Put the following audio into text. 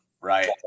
right